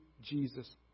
Jesus